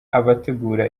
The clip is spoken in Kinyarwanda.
abategura